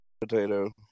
potato